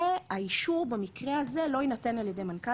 האישור במקרה הזה לא יינתן על ידי מנכ"ל